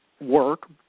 Work